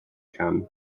cam